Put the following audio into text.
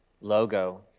Logo